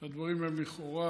שהדברים הם לכאורה,